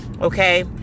okay